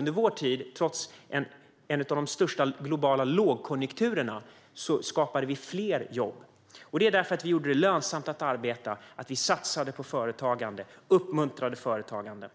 Under vår tid, trots en av de största globala lågkonjunkturerna, skapade vi fler jobb. Det gjorde vi eftersom vi gjorde det lönsamt att arbeta, satsade på företagande och uppmuntrade företagande.